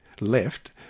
left